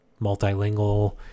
multilingual